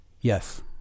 Yes